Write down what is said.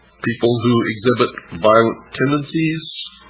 people who exhibit violent tendencies